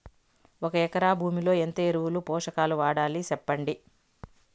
ఒక ఎకరా భూమిలో ఎంత ఎరువులు, పోషకాలు వాడాలి సెప్పండి?